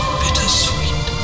bittersweet